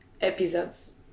episodes